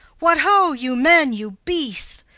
what, ho! you men, you beasts,